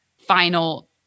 final